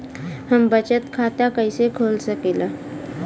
हम बचत खाता कईसे खोल सकिला?